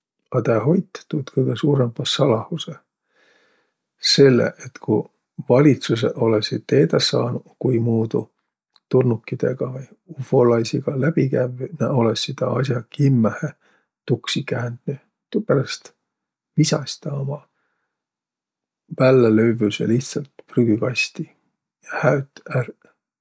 A tä hoit' tuud kõgõ suurõmbah salahusõh, selle et ku valitsusõq olõsiq teedäq saanuq, kuimuudu tulnukidõ vai ufolaisiga läbi kävvüq, olõssiq taa as'a kimmähe tuksi käändnüq. Tuuperäst visas tä uma vällälövvüse lihtsält prügükasti ja häöt' ärq..